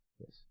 Yes